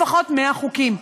לפחות 100 חוקים.